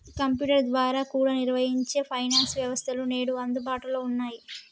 computer ద్వారా కూడా నిర్వహించే ఫైనాన్స్ వ్యవస్థలు నేడు అందుబాటులో ఉన్నయ్యి